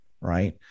right